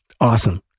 awesome